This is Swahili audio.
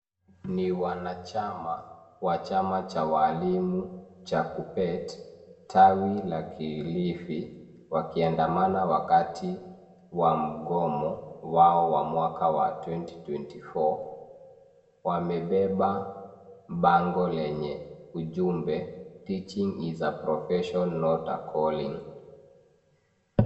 Ni wanachama wa chama cha walimu cha KUPPET, tawi la Kilifi wakiandamana wakati wa mugomo wao wa mwaka wa twenty twenty four . Wamebeba bango lenye ujumbe teaching is a profession not calling .